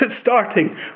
starting